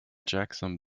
jackson